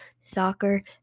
soccer